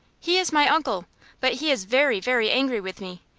he is my uncle but he is very, very angry with me,